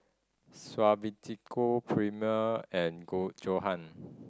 Suavecito Premier and Johan